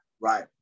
Right